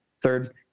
third